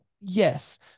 yes